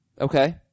Okay